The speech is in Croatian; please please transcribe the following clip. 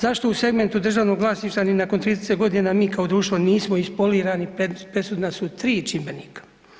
Zašto u segmentu državnog vlasništva ni nakon 30.g. mi kao društvo nismo ispolirani presudna su 3 čimbenika.